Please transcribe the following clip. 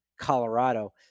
Colorado